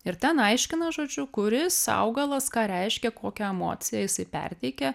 ir ten aiškina žodžiu kuris augalas ką reiškia kokią emociją jisai perteikė